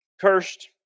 Cursed